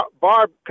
Barb